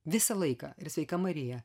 visą laiką ir sveika marija